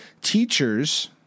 teachers